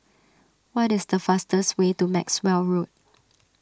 what is the fastest way to Maxwell Road